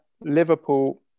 Liverpool